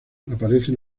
aparecen